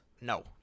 No